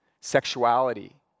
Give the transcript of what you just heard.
sexuality